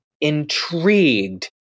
intrigued